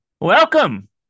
Welcome